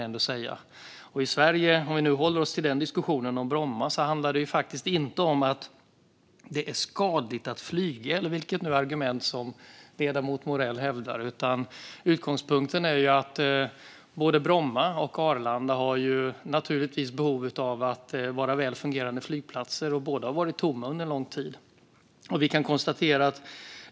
I Sverige, om vi nu håller oss till diskussionen om Bromma, handlar det faktiskt inte om att det är skadligt att flyga eller vilket argument som ledamoten Morell hävdar, utan utgångspunkten är att både Bromma och Arlanda naturligtvis har behov av att vara väl fungerande flygplatser. Och båda har varit tomma under en lång tid.